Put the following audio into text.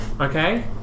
Okay